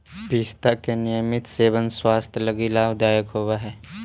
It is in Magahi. पिस्ता के नियमित सेवन स्वास्थ्य लगी लाभदायक होवऽ हई